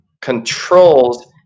Controls